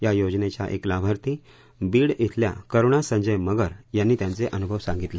या योजनेच्या एक लाभार्थी बीड शिल्या करुणा संजय मगर यांनी त्यांचे अनुभव सांगितले